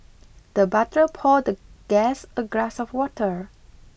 the butler poured the guest a glass of water